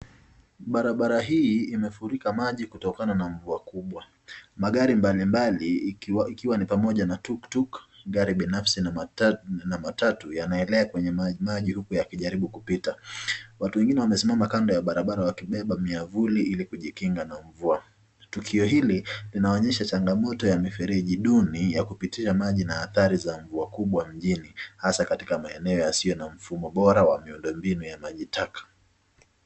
Barabara hii imefurika maji kutokana na mvua kubwa, magari mbali mbali ikiwa ni pamoja na tuktuk, gari binafsi na matatu yanaelea kwenye maji huku yakijaribu kupita, watu wengine wamesimama kando ya barabara wakibeba miavuli ili kujikinga na mvua, tukio hili linaonyesha changamoto ya mifereji duni ya kupitisha maji na hatari za mvua kubwa mjini hasa katika maeneo yasiyo na mfumo bora ya miundo mbinu ya maji taka.